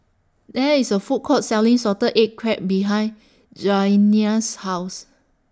There IS A Food Court Selling Salted Egg Crab behind Janiya's House